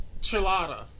Chilada